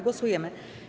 Głosujemy.